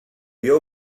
vio